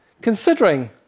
Considering